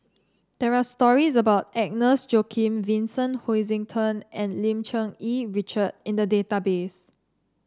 there are stories about Agnes Joaquim Vincent Hoisington and Lim Cherng Yih Richard in the database